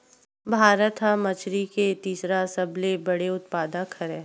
भारत हा मछरी के तीसरा सबले बड़े उत्पादक हरे